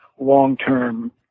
long-term